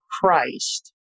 Christ